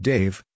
Dave